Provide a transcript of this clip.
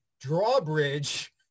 drawbridge